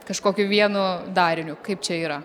kažkokiu vienu dariniu kaip čia yra